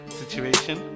situation